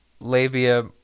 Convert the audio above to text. labia